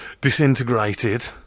disintegrated